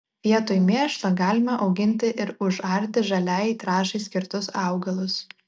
vietoj mėšlo galima auginti ir užarti žaliajai trąšai skirtus augalus